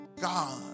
God